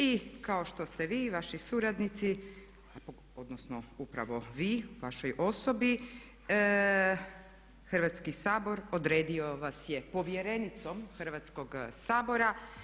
I kao što ste vi i vaši suradnici, odnosno upravo vi vašoj osobi Hrvatski sabor odredio vas je povjerenicom Hrvatskog sabora.